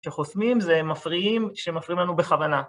שחוסמים זה מפריעים שמפריעים לנו בכוונה.